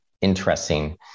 interesting